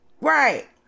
Right